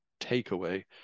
takeaway